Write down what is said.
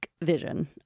vision